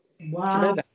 Wow